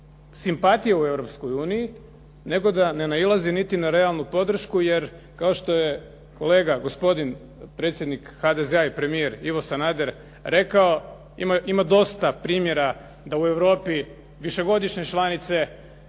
uniji, nego da ne nailazi niti na realnu podršku, jer kao što je kolega gospodin predsjednik HDZ-a i premijer Ivo Sanader rekao ima dosta primjera da u Europi višegodišnje članice